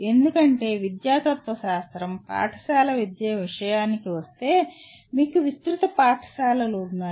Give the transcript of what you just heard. ఎందుకంటే విద్యా తత్వశాస్త్రం పాఠశాల విద్య విషయానికి వస్తే మీకు విస్తృత పాఠశాలలు ఉన్నాయి